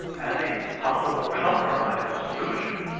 any possible compromise solution,